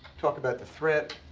talk about the threat,